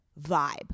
vibe